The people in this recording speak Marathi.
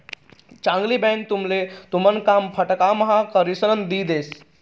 चांगली बँक तुमले तुमन काम फटकाम्हा करिसन दी देस